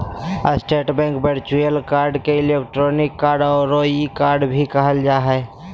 state bank virtual card के electronic card औरो e card भी कहल जा हइ